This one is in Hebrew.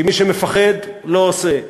כי מי שמפחד לא עושה.